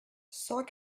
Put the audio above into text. cent